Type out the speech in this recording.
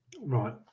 Right